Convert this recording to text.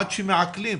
עד שמעכלים